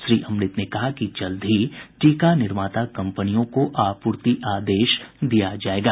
श्री अमृत ने कहा कि जल्द ही टीका निर्माता कंपनियों को आपूर्ति आदेश दिया जायेगा